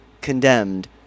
condemned